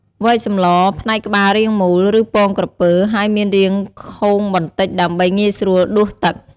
វែកសម្ល ផ្នែកក្បាលរាងមូល ឬពងក្រពើ ហើយមានរាងខូងបន្តិចដើម្បីងាយស្រួលដួសទឹក។